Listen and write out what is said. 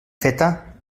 feta